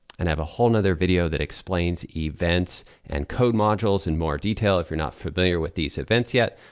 and have a whole nother video that explains events and code modules in more detail if you're not familiar with these events yet.